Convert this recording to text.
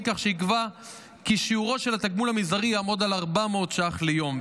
כך שיקבע כי שיעורו של התגמול המזערי יעמוד על 400 שקלים ליום,